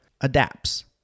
adapts